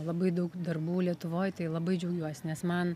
labai daug darbų lietuvoj tai labai džiaugiuosi nes man